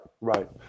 right